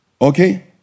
Okay